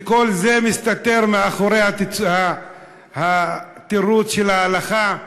וכל זה מסתתר מאחורי התירוץ של ההלכה?